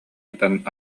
сытан